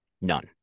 None